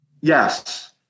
Yes